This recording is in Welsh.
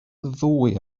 ddwy